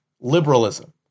liberalism